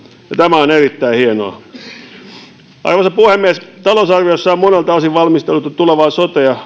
ja tämä on erittäin hienoa arvoisa puhemies talousarviossa on monelta osin valmisteltu tulevaa sote ja